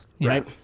Right